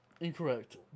Incorrect